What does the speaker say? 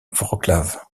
wrocław